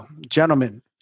gentlemen